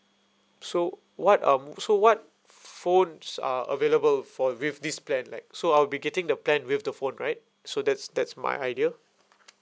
so what um so what phones are available for with this plan like so I'll be getting the plan with the phone right so that's that's my idea